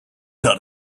not